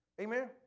amen